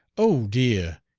o dear!